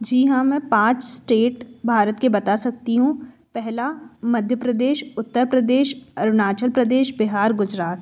जी हाँ मैं पाँच इस्टेट भारत के बता सकती हूँ पहला मध्य प्रदेश उत्तर प्रदेश अरुणाचल प्रदेश बिहार गुजरात